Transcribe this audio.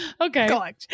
okay